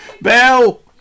Bell